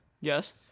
Yes